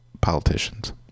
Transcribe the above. politicians